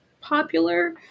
popular